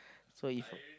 so if